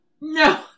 no